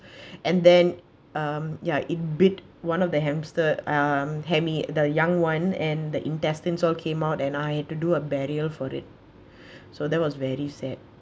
and then um ya it beat one of the hamster um hammy the young one and the intestines all came out and I had to do a burial for it so that was very sad